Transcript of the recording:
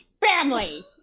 family